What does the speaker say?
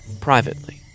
privately